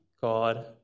god